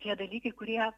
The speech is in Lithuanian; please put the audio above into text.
tie dalykai kurie